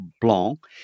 Blanc